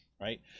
right